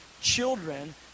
children